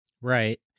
Right